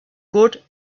good